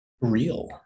real